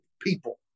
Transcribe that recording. people